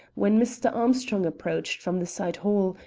when mr. armstrong approached from the side hall,